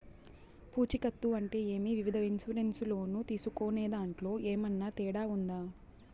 పూచికత్తు అంటే ఏమి? వివిధ ఇన్సూరెన్సు లోను తీసుకునేదాంట్లో ఏమన్నా తేడా ఉందా?